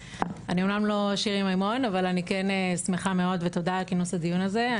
אני אמנם לא שירי מימון אבל אני כן שמחה מאוד ותודה על כינוס הדיון הזה.